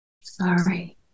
Sorry